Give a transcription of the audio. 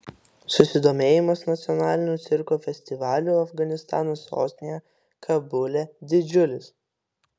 susidomėjimas nacionaliniu cirko festivaliu afganistano sostinėje kabule didžiulis